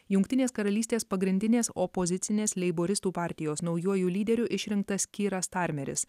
jungtinės karalystės pagrindinės opozicinės leiboristų partijos naujuoju lyderiu išrinktas kiras starmeris